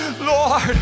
lord